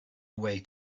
away